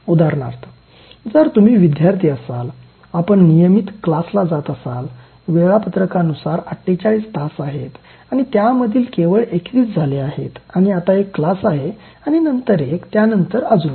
उदाहरणार्थ जर तुम्ही विद्यार्थी असाल आपण नियमित क्लासला जात असाल वेळपत्रकानुसार ४८ तास आहेत आणि त्यामधील केवळ २१ झाले आहेत आणि आत्ता एक क्लास आहे आणि नंतर एक त्यानंतर अजून एक